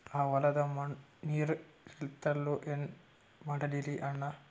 ಆ ಹೊಲದ ಮಣ್ಣ ನೀರ್ ಹೀರಲ್ತು, ಏನ ಮಾಡಲಿರಿ ಅಣ್ಣಾ?